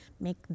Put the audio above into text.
Make